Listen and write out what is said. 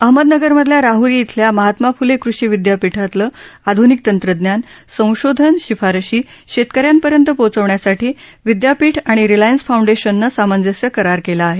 अहमदनगरमधल्या राहरी इथल्या महात्मा फुले कृषी विद्यापीठातलं आध्निक तंत्रज्ञान संशोधन शिफारशी शेतकऱ्यांपर्यंत पोचवण्यासाठी विद्यापीठ आणि रिलायंन्स फाऊंडेशननं सामंजस्य करार केला आहे